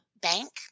bank